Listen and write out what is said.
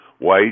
white